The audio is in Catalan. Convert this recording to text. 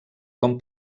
com